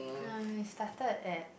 uh we started at